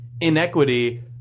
inequity